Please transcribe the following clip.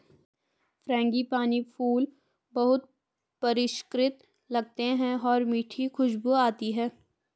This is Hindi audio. फ्रेंगिपानी फूल बहुत परिष्कृत लगते हैं और मीठी खुशबू आती है